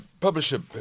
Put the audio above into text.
publisher